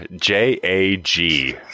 J-A-G